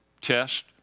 Test